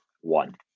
one